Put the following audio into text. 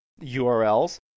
URLs